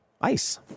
Ice